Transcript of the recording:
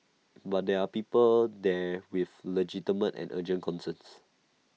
but there are people there with legitimate and urgent concerns